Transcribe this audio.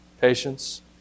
patience